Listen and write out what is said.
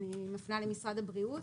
אני מפנה למשרד הבריאות.